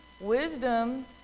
Wisdom